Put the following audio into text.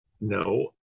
no